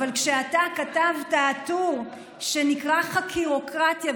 אבל אתה כתבת טור שנקרא "חקירוקרטיה",